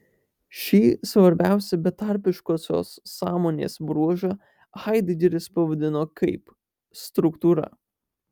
šį svarbiausią betarpiškosios sąmonės bruožą haidegeris pavadino kaip struktūra